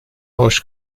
hoş